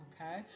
Okay